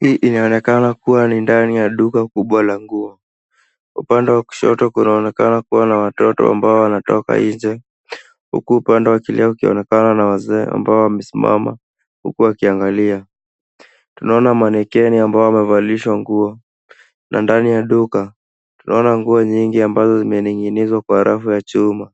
Hii inaonekana kuwa ni ndani ya duka kubwa la nguo. Upande wa kushoto kunaonekana kuwa na watoto ambao wanatoka nje, huku upande wa kulia ukionekana na wazee ambao wamesimama huku wakiangalia. Tunaona manekeni ambao wamevalishwa nguo. Na ndani ya duka, tunaona nguo nyingi ambazo zimening'inizwa kwa rafu ya chuma.